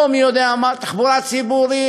לא מי יודע מה: תחבורה ציבורית,